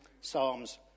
Psalms